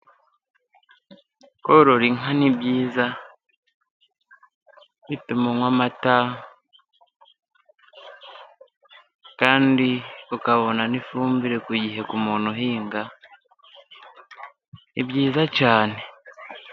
Korora inka ni byiza bituma unywa amata, kandi ukabona n'ifumbire ku gihe ku muntu uhinga, ni byiza cyane.